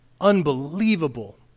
Unbelievable